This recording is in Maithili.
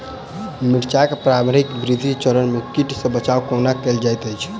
मिर्चाय केँ प्रारंभिक वृद्धि चरण मे कीट सँ बचाब कोना कैल जाइत अछि?